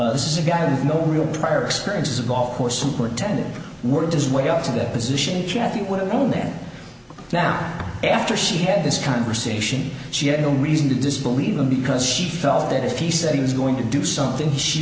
this is a guy with no real prior experience as a golf course superintendent worked his way up to that position jeff you would have known then now f she had this conversation she had no reason to disbelieve him because she felt that if he said he was going to do something she